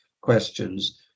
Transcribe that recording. questions